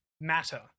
matter